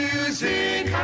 Music